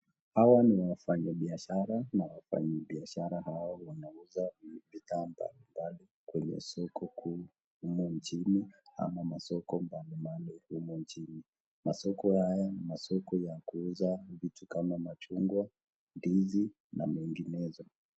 Hawa ni wafanya biashara na wafanyibiashara hawa wanauza bidhaa mbalimbali kwenye soko kuu humu nchini ama masoko mbalimbali humu nchini. Masoko haya ni masoko ya kuuza vitu kama machungwa, ndizi na menginezo.